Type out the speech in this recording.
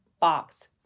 box